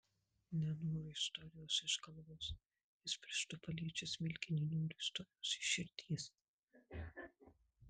nenoriu istorijos iš galvos jis pirštu paliečia smilkinį noriu istorijos iš širdies